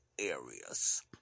areas